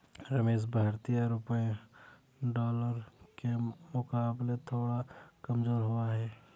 रमेश भारतीय रुपया डॉलर के मुकाबले थोड़ा कमजोर हुआ है